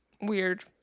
weird